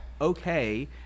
okay